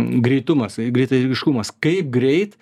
greitumas greitaieigiškumas kaip greit